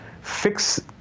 fix